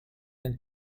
and